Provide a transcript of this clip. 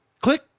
click